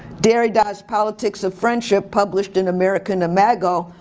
derrida's politics of friendship, published in american imago,